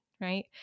right